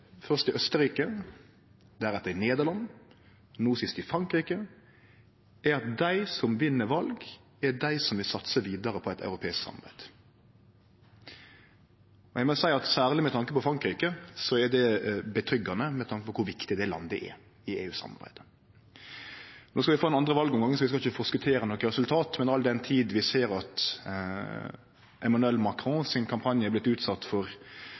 først i Austerrike, deretter i Nederland, no sist i Frankrike, er at dei som vinn val, er dei som vil satse vidare på eit europeisk samarbeid. Eg må seie at særleg når det gjeld Frankrike, er det roande med tanke på kor viktig det landet er i EU-samarbeidet. No skal vi få ein andre valomgang, så vi skal ikkje forskotere noko resultat, men all den tid vi ser at kampanjen til Emmanuel Macron har vorte utsett for